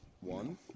One